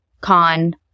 con